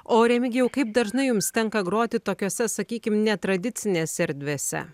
o remigijau kaip dažnai jums tenka groti tokiose sakykim netradicinėse erdvėse